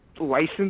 license